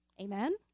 Amen